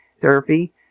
therapy